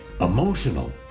emotional